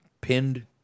pinned